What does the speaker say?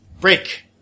Break